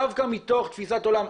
דווקא מתוך תפיסת עולם,